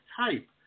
type